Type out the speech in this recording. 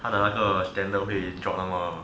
他的那个 standard 会 drop 那么